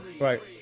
Right